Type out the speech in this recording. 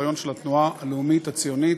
הרעיון של התנועה הלאומית הציונית,